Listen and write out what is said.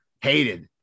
hated